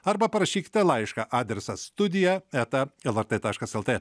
arba parašykite laišką adresas studija eta lrt taškas lt